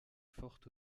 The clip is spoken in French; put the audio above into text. fort